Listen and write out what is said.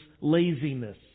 laziness